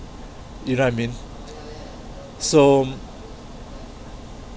you know what I mean so